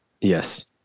Yes